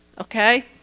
okay